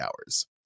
hours